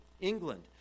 England